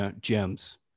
gems